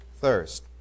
thirst